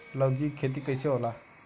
लौकी के खेती कइसे होला?